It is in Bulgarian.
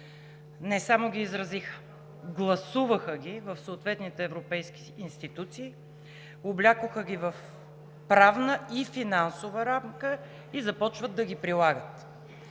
Не само ги изразиха, гласуваха ги в съответните европейски институции, облякоха ги в правна и финансова рамка и започват да ги прилагат.